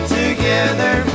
together